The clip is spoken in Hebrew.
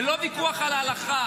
זה לא ויכוח על ההלכה.